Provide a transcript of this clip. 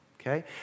Okay